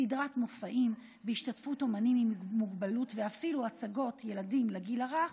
סדרת מופעים בהשתתפות אומנים עם מוגבלות ואפילו הצגת ילדים לגיל הרך,